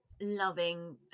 loving